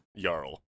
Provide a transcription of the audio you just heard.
yarl